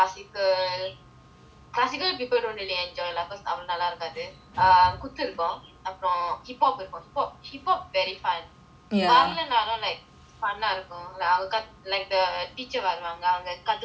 classical people don't really enjoy lah because அவ்ளோ நல்ல இருக்காது:avlo nalla irukkaathu err குத்து இருக்கும்:kuthu irukkum hiphop இருக்கும்:irukkum hiphop very fun காலைல நால:kaalaila naala like fun lah இருக்கும்:irukkum like the teacher வருவாங்க கத்து குடுக்குற:varuvaanga kathu kudukkura style நல்ல இருக்கும்:nalla irukkum